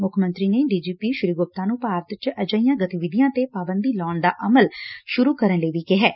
ਮੁੱਖ ਮੰਤਰੀ ਨੇ D G P Shri Gupta ਨੂੰ ਭਾਰਤ ਚ ਅਹਿਜੀਆਂ ਗਤੀਵਿਧੀਆਂ ਤੇ ਪਾਬੰਦੀ ਲਾਉਣ ਦਾ ਅਮਲ ਸੁਰੂ ਕਰਨ ਲਈ ਵੀ ਕਿਹੈ